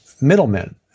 middlemen